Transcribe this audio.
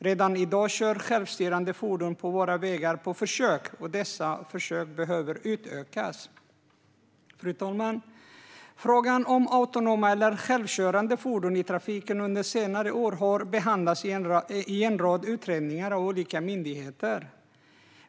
Redan i dag kör självstyrande fordon på våra vägar på försök, och dessa försök behöver utökas. Fru talman! Frågan om autonoma eller självkörande fordon i trafiken har under senare år behandlats i en rad utredningar av olika myndigheter.